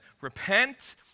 repent